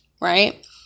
right